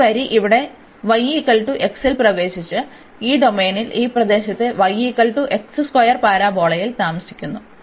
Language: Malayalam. ഈ വരി ഇവിടെ y x ൽ പ്രവേശിച്ച് ഈ ഡൊമെയ്നിൽ ഈ പ്രദേശത്തെ ഈ പരാബോളയിൽ താമസിക്കുന്നു